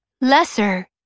lesser